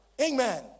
Amen